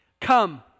Come